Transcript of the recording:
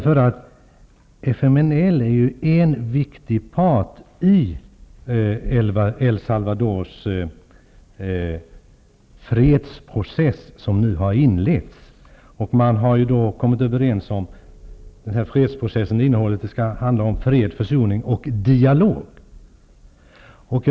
FMLN är nämli gen en viktig part i El Salvadors fredsprocess som nu har inletts. Och man har kommit överens om att denna fredsprocess skall handla om fred, förso ning och dialog.